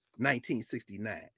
1969